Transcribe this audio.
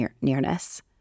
nearness